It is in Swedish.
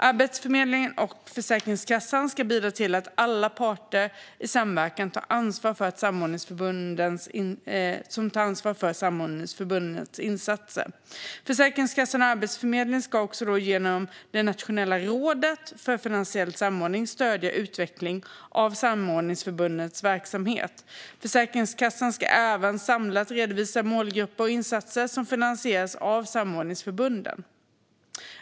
Arbetsförmedlingen och Försäkringskassan ska bidra till att alla parter i samverkan tar ansvar för samordningsförbundens insatser. Försäkringskassan och Arbetsförmedlingen ska genom Nationella rådet för finansiell samordning stödja utvecklingen av samordningsförbundens verksamhet. Försäkringskassan ska även samlat redovisa målgrupper och insatser som finansieras av samordningsförbunden.